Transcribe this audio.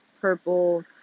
purple